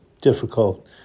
difficult